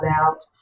out